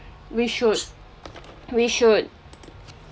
we should we should